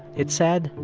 it said,